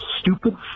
stupid